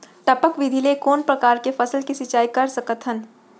टपक विधि ले कोन परकार के फसल के सिंचाई कर सकत हन?